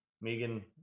Megan